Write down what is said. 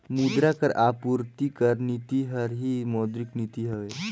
मुद्रा कर आपूरति कर नीति हर ही मौद्रिक नीति हवे